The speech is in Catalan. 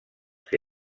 que